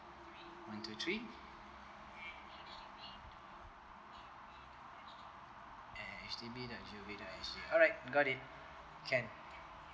one two three at H D B dot G O V dot S G alright got it can